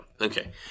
okay